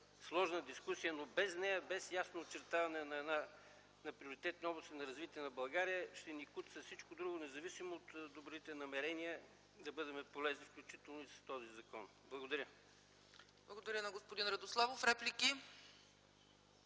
сложна дискусия. Без нея, без ясно очертаване на приоритетни области за развитие на България, ще ни куца всичко друго, независимо от добрите намерения – да бъдем полезни, включително и с този закон. Благодаря. ПРЕДСЕДАТЕЛ ЦЕЦКА ЦАЧЕВА: Благодаря на господин Радославов. Реплики?